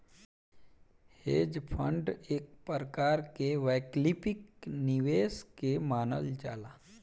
hedge fund एक प्रकार के वैकल्पिक निवेश के मानल जाला